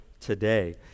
today